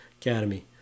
Academy